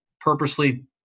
purposely